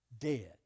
dead